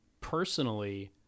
personally